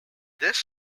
this